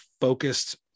focused